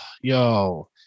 yo